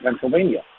Pennsylvania